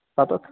سَتتھ